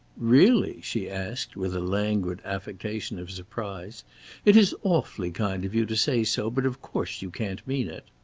really? she asked with a languid affectation of surprise it is awfully kind of you to say so, but of course you can't mean it.